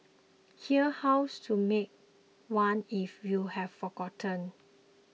here's how to make one if you have forgotten